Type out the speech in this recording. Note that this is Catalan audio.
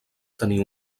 tenir